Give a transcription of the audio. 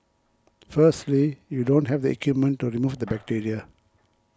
firstly you don't have the equipment to remove the bacteria